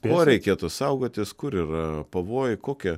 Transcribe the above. ko reikėtų saugotis kur yra pavojų kokie